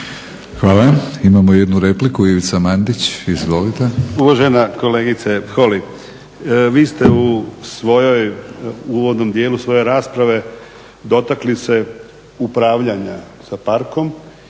Hvala. Imamo jednu repliku, Ivica Mandić. Izvolite. **Mandić, Ivica (HNS)** Uvažena kolegice Holy, vi ste u svojoj, uvodnom dijelu svoje rasprave dotakli se upravljanja sa parkom